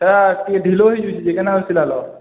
ସେଟା ଟିକେ ଢିଲା ହେଇଯାଉଛି ଯେ କେନ୍ ସିଲାଲୋ